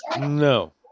No